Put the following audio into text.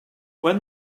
when